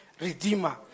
redeemer